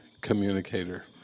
communicator